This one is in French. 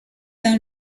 dans